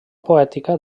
poètica